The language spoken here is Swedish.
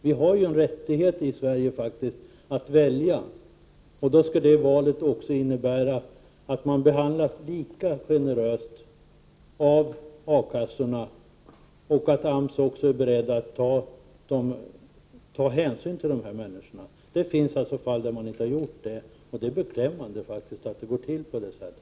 Vi har ju i Sverige rätt att välja härvidlag, och då skall det valet också innebära att alla behandlas lika generöst av A-kassorna och att AMS är beredd att ta hänsyn till dem som inte är fackligt anslutna. Det finns fall där man inte har gjort det, och det är beklämmande att det går till på så sätt.